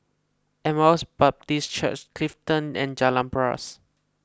Emmaus Baptist Church Clifton and Jalan Paras